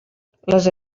les